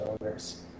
owners